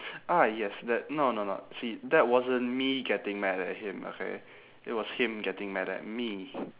ah yes that no no no see that wasn't me getting mad at him okay it was him getting mad at me